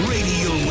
Radio